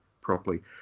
properly